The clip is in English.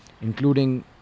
including